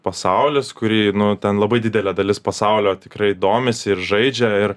pasaulis kurį nu ten labai didelė dalis pasaulio tikrai domisi ir žaidžia ir